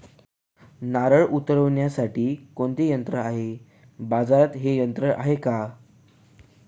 नारळे उतरविण्यासाठी कोणते यंत्र आहे? बाजारात हे यंत्र आहे का?